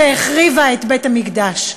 שהחריבה את בית-המקדש.